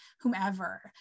whomever